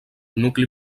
nucli